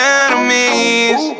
enemies